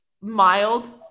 mild